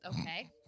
Okay